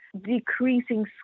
decreasing